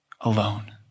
alone